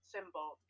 Symbol